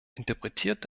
interpretiert